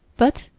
but,